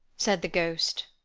said the ghost.